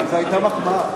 זו היתה מחמאה.